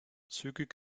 zügig